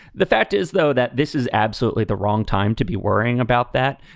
the fact is, though, that this is absolutely the wrong time to be worrying about that.